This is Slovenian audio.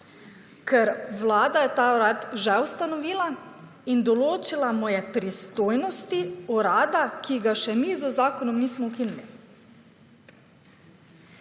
ker Vlada je ta urad že ustanovila in določila mu je pristojnosti urada, ki ga še mi z zakonom nismo ukinili.